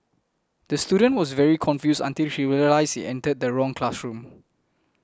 the student was very confused until she realised he entered the wrong classroom